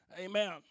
amen